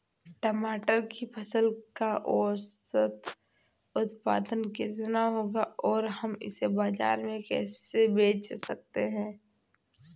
टमाटर की फसल का औसत उत्पादन कितना होगा और हम इसे बाजार में कैसे बेच सकते हैं?